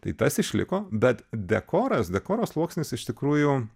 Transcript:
tai tas išliko bet dekoras dekoro sluoksnis iš tikrųjų